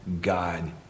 God